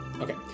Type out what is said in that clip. Okay